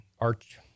arch